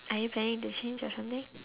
are you planning to change or something